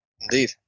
Indeed